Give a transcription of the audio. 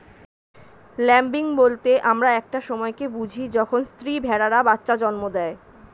lambing বলতে আমরা একটা সময় কে বুঝি যখন স্ত্রী ভেড়ারা বাচ্চা জন্ম দেয়